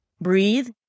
breathe